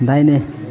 दाहिने